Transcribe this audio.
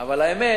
אבל האמת היא